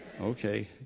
Okay